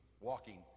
walking